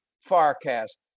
forecast